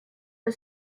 for